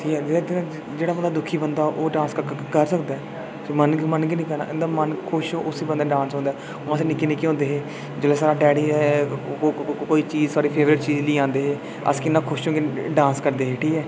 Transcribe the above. ठीक ऐ जेह्ड़ा बंदा दुखी बंदा ओह् डांस करी सकदा ऐ मन मन निं करदा इं'दा मन खुश च हो उसी डांस होंदा ऐ ते अस निक्के निक्के होंदे हे जिसलै साढ़े डैडी कोई चीज़ साढ़े फेवरेट चीज़ लेई औंदे हे अस किन्ना खुश होइयै डांस करदे हे ठीक ऐ